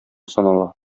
санала